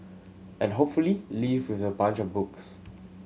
and hopefully leave with a bunch of books